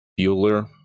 Bueller